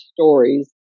stories